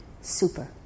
super